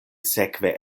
sekve